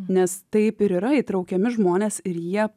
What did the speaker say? nes taip ir yra įtraukiami žmonės ir jie